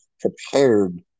prepared